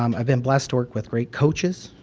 um i've been blessed to work with great coaches,